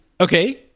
Okay